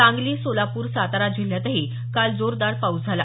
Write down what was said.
सांगली सोलापूर सातारा जिल्ह्यातही काल जोरदार पाऊस झाला